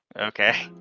Okay